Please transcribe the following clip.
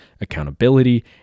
accountability